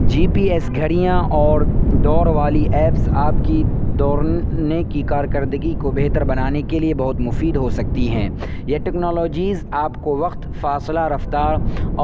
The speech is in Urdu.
جی پی ایس گھڑیاں اور دوڑ والی ایپس آپ کی دوڑنے کی کارکردگی کو بہتر بنانے کے لیے بہت مفید ہو سکتی ہیں یہ ٹیکنالوجیز آپ کو وقت فاصلہ رفتار